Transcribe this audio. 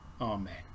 amen